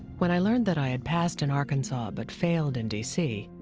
when i learned that i had passed in arkansas but failed in d c,